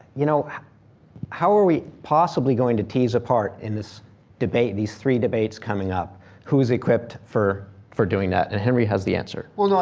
you know how are we possibly going to tease apart in this debate, these three debates coming up who's equipped for for doing that, and henry has the answer. well, no